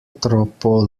troppo